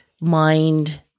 mind